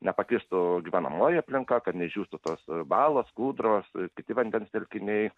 nepakistų gyvenamoji aplinka kad neišdžiūtų tos balos kūdros kiti vandens telkiniai